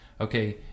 okay